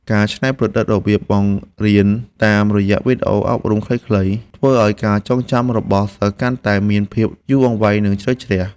ការច្នៃប្រឌិតរបៀបបង្រៀនតាមរយៈវីដេអូអប់រំខ្លីៗធ្វើឱ្យការចងចាំរបស់សិស្សកាន់តែមានភាពយូរអង្វែងនិងជ្រៅជ្រះ។